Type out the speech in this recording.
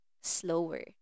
slower